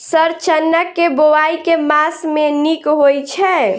Sir चना केँ बोवाई केँ मास मे नीक होइ छैय?